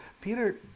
Peter